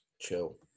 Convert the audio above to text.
Chill